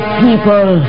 people